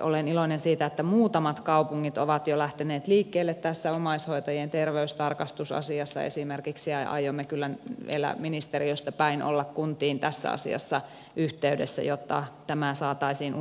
olen iloinen siitä että muutamat kaupungit ovat jo lähteneet liikkeelle esimerkiksi tässä omaishoitajien terveystarkastusasiassa ja aiomme kyllä vielä ministeriöstä päin olla kuntiin tässä asiassa yhteydessä jotta tämä saataisiin